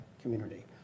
community